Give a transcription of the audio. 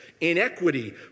inequity